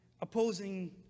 opposing